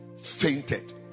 fainted